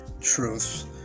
truths